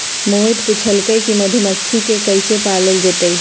मोहित पूछलकई कि मधुमखि के कईसे पालल जतई